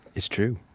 it's true.